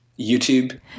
YouTube